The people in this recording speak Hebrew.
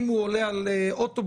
אם הוא עולה על אוטובוס,